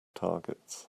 targets